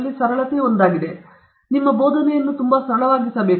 ನಾವು ಅದನ್ನು ತುಂಬಾ ಸರಳವಾಗಿಸಬೇಕು ಅಂತಹ ಮಟ್ಟಿಗೆ ಯಾರಾದರೂ ಅದನ್ನು ಸರಳವಾಗಿ ಮಾಡಲು ಸಾಧ್ಯವಿಲ್ಲ